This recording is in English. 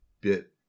bit